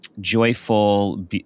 joyful